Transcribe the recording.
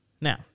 now